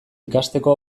ikasteko